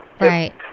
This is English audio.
right